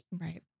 Right